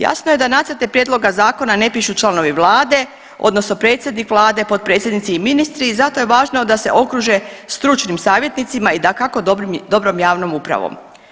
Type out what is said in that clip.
Jasno je da nacrte prijedloga zakona ne pišu članovi vlade odnosno predsjednik vlade, potpredsjednici i ministri i zato je važno da se okruže stručnim savjetnicima i dakako dobrom javnom upravom.